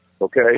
Okay